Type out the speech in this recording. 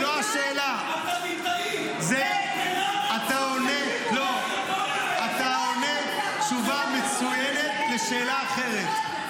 --- אתה עונה תשובה מצוינת לשאלה אחרת.